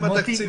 מוטי,